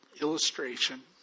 illustration